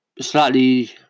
slightly